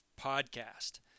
podcast